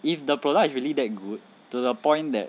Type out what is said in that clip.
if the product is really that good to the point that